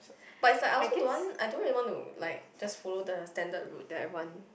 but it's like I also don't want I don't really want to like just follow the standard route that everyone